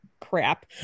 crap